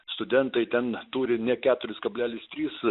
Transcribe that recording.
studentai ten neturi nė keturis kablelis tris